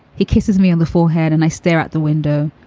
he kisses me on the forehead and i stare at the window,